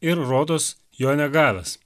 ir rodos jo negavęs